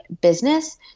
business